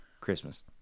Christmas